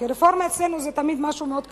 כי רפורמה אצלנו זה תמיד משהו מאוד כלכלי,